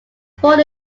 born